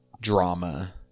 drama